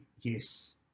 Yes